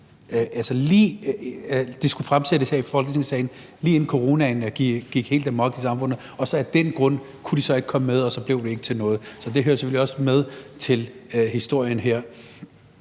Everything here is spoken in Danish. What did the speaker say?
som skulle fremsættes her i Folketingssalen, lige inden coronaen gik helt amok i samfundet, og så kunne de på grund af coronaen ikke komme med, og så blev de ikke til noget. Så det hører selvfølgelig også med til historien her.